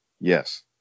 Yes